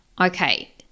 Okay